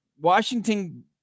Washington